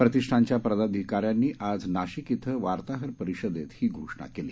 प्रतिष्ठानच्या पदाधिकाऱ्यांनी आज नाशिक श्विं वार्ताहर परिषदेत ही घोषणा केली